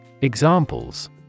Examples